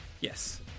Yes